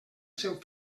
seu